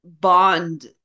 bond